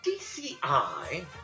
DCI